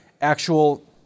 actual